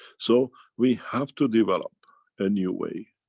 so we have to develop a new way.